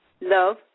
love